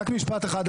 רק משפט אחד,